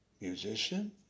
musician